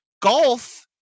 golf